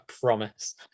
promise